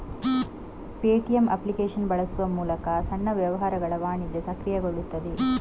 Paytm application ಬಳಸುವ ಮೂಲಕ ಸಣ್ಣ ವ್ಯವಹಾರಗಳ ವಾಣಿಜ್ಯ ಸಕ್ರಿಯಗೊಳ್ಳುತ್ತದೆ